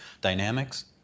dynamics